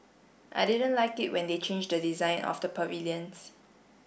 I didn't like it when they changed the design of the pavilions